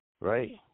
right